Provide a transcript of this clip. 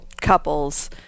couples